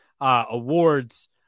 awards